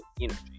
energy